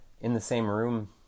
in-the-same-room